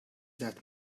that